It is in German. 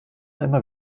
immer